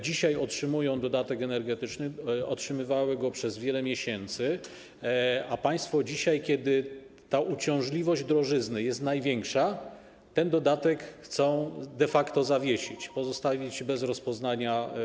Dzisiaj otrzymują dodatek energetyczny, otrzymywały go przez wiele miesięcy, a państwo dzisiaj, kiedy uciążliwość związana z drożyzną jest największa, ten dodatek chcą de facto zawiesić, wnioski pozostawić bez rozpoznania.